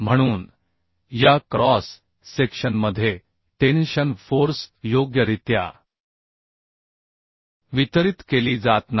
म्हणून या क्रॉस सेक्शनमध्ये टेनशन फोर्स योग्यरित्या वितरित केली जात नाही